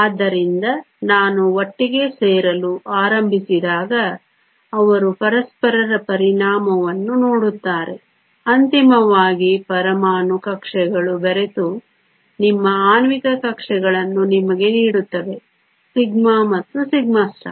ಆದ್ದರಿಂದ ನಾನು ಒಟ್ಟಿಗೆ ಸೇರಲು ಆರಂಭಿಸಿದಾಗ ಅವರು ಪರಸ್ಪರರ ಪರಿಣಾಮವನ್ನು ನೋಡುತ್ತಾರೆ ಅಂತಿಮವಾಗಿ ಪರಮಾಣು ಕಕ್ಷೆಗಳು ಬೆರೆತು ನಿಮ್ಮ ಆಣ್ವಿಕ ಕಕ್ಷೆಗಳನ್ನು ನಿಮಗೆ ನೀಡುತ್ತವೆ σ ಮತ್ತು σ